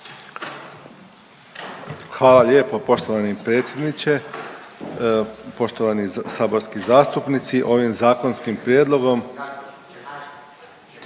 Hvala lijepo poštovani predsjedniče. Poštovani saborski zastupnici. Ovim zakonskim prijedlogom